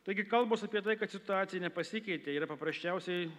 taigi kalbos apie tai kad situacija nepasikeitė yra paprasčiausiai